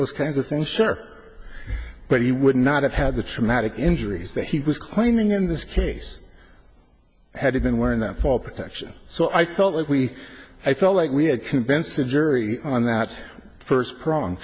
those kinds of things sure but he would not have had the traumatic injuries that he was claiming in this case i had been wearing them for protection so i felt like we i felt like we had convinced a jury on that first prong